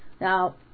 now